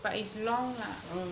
but is long lah